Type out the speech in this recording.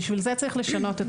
בשביל זה צריך לשנות את החוק.